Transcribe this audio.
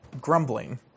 grumbling